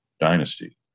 dynasty